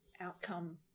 outcome